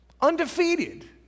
Undefeated